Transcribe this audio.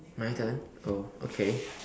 my turn oh okay